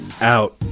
out